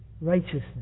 righteousness